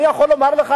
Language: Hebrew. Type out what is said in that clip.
אני יכול לומר לך,